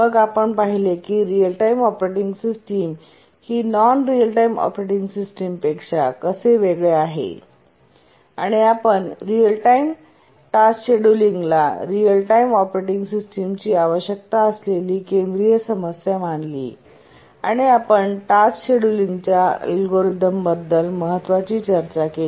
मग आपण पाहिले की रिअल टाईम ऑपरेटिंग सिस्टम ही नॉन रीअल टाईम ऑपरेटिंग सिस्टमपेक्षा कसे वेगळे आहे आणि आपण रीअल टाईम टास्क शेड्यूलिंगला रिअल टाईम ऑपरेटिंग सिस्टमची आवश्यकता असलेली केंद्रीय समस्या मानली आणि आपण टास्क शेड्यूलिंगच्या अल्गोरिदमबद्दल महत्वाची चर्चा केली